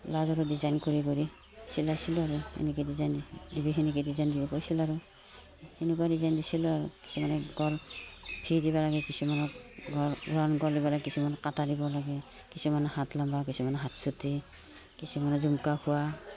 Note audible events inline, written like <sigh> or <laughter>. ব্লাউজাৰো design কৰি কৰি চিলাইছিলোঁ আৰু এনেকৈ ডিজাইন দিবি সেনেকৈ ডিজাইন দিব কৈছিল আৰু সেনেকুৱা ডিজাইন দিছিলোঁ আৰু কিছুমানে <unintelligible> দিব লাগে কিছুমানক <unintelligible> দিব লাগে কিছুমান কটা দিব লাগে কিছুমানে হাত লম্বা কিছুমান হাত চুটি কিছুমানে জুমকা খোৱা